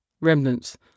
remnants